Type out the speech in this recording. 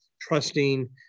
trusting